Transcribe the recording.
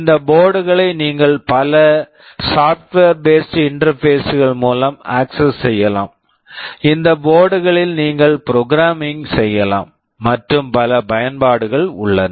இந்த board board களை நீங்கள் பல software based interfaces software based interfaces கள் மூலம் அக்சஸ் access செய்யலாம் இந்த போர்ட்டு board களில் நீங்கள் ப்ரோக்ராம் program செய்யலாம் மற்றும் பல பயன்பாடுகள் உள்ளன